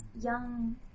young